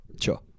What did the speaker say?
Sure